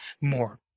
more